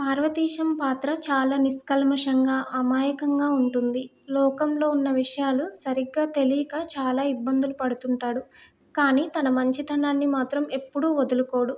పార్వతీశం పాత్ర చాలా నిష్కల్మషంగా అమాయకంగా ఉంటుంది లోకంలో ఉన్న విషయాలు సరిగ్గా తెలియక చాలా ఇబ్బందులు పడుతుంటాడు కానీ తన మంచితనాన్ని మాత్రం ఎప్పుడు వదులుకోడు